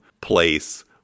place